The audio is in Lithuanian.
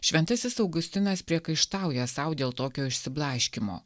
šventasis augustinas priekaištauja sau dėl tokio išsiblaškymo